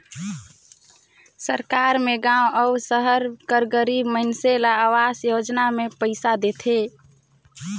सरकार में गाँव अउ सहर कर गरीब मइनसे ल अवास योजना में पइसा देथे